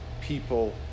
people